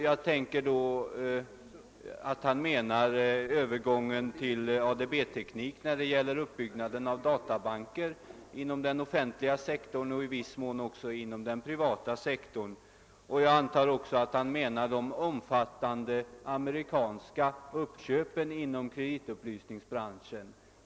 Jag antar att han avser övergången till ADB-teknik när det gäller uppbyggnaden av databanker inom den offentliga sektorn och i viss mån också inom den privata sektorn. Jag antar också att han avser de omfattande amerikanska uppköpen inom kreditupplysningsbranschen.